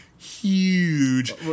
Huge